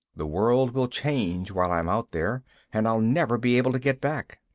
the world will change while i'm out there and i'll never be able to get back.